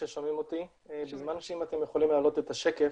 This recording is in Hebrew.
אם אתם יכולים להעלות את השקף,